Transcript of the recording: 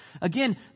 Again